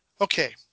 Okay